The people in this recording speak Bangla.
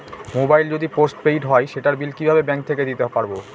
মোবাইল যদি পোসট পেইড হয় সেটার বিল কিভাবে ব্যাংক থেকে দিতে পারব?